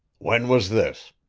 when was this?